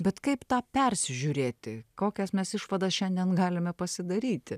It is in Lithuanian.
bet kaip tą persižiūrėti kokias mes išvadas šiandien galime pasidaryti